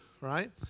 right